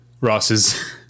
Ross's